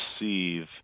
receive